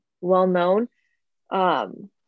well-known